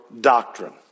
doctrine